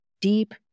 deep